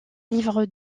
livres